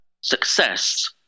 success